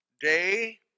day